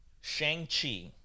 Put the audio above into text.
Shang-Chi